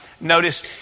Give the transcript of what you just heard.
notice